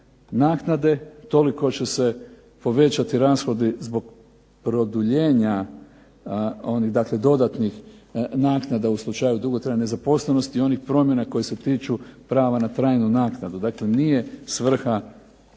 naknade toliko će se povećati rashodi zbog produljenja onih dodatnih naknada u slučaju dugotrajne nezaposlenosti, onih promjena koje se tiču prava na trajnu naknadu. Dakle, nije svrha